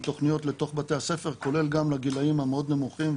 תוכניות לתוך בתי הספר כולל גם לגילאים המאוד נמוכים,